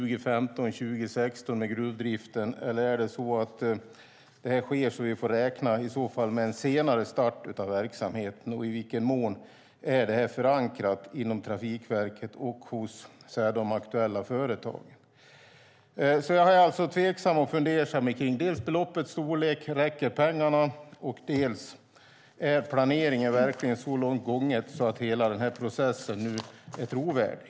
Och i vilken mån är detta förankrat inom Trafikverket och hos de aktuella företagen? Jag är alltså tveksam och fundersam till beloppets storlek och om pengarna räcker. Jag undrar också om planeringen är så långt gången att hela denna process är trovärdig.